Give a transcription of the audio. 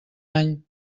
any